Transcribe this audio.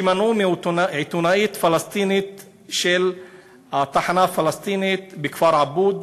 שמנעו מעיתונאית פלסטינית של התחנה הפלסטינית בכפר עבוד,